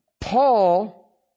Paul